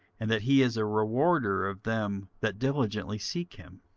and that he is a rewarder of them that diligently seek him.